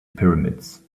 pyramids